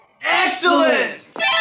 Excellent